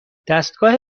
دستگاه